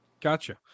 Gotcha